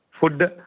food